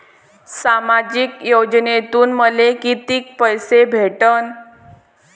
सामाजिक योजनेतून मले कितीक पैसे भेटन?